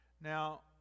Now